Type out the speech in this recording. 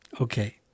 Okay